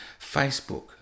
Facebook